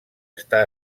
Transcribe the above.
està